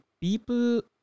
people